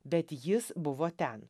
bet jis buvo ten